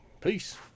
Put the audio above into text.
peace